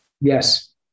Yes